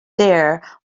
dare